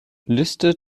liste